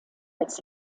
als